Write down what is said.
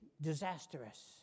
disastrous